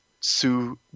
sue